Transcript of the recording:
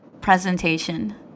presentation